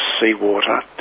seawater